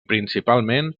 principalment